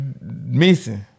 missing